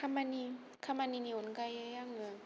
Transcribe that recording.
खामानि खामानिनि अनगायै आङो